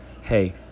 hey